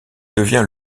devient